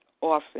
often